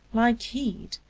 like heat,